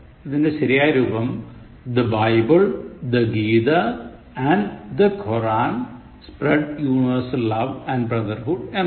ഇതിൻറെ ശരിയായ് രൂപം The Bible The Gita and The Koran spread universal love and brotherhood എന്നാണ്